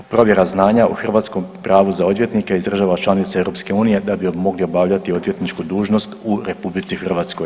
Provjera znanja u hrvatskom prvu za odvjetnike iz država članica EU da bi mogli obavljati odvjetničku dužnost u RH.